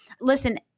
listen